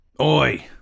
Oi